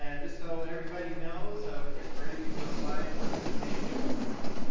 ah just so that everybody knows, we're getting ready to go live with mondays with mal.